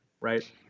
right